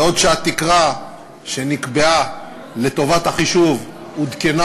בעוד התקרה שנקבעה לטובת החישוב עודכנה